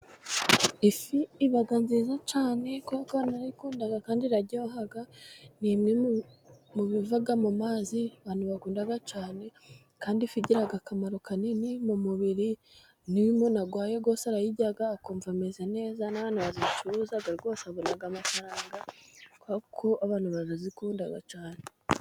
Ifi iba nziza cyane kuko abantu barayikunda kandi iraryoha. Ni imwe mubiva mu mazi abantu bakunda cyane. Kandi ifi igira akamaro kanini mu mubiri n'iyo umuntu arwaye rwose arayirya akumva ameze neza, n'abantu bazicuruza rwose babona amafaranga kuko abantu bazikunda cyane.